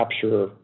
capture